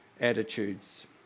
attitudes